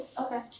Okay